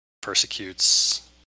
persecutes